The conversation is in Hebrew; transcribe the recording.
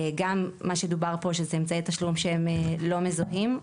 גם העובדה כי הם אמצעי תשלום לא מזוהים,